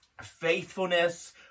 faithfulness